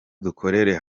dukorere